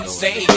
say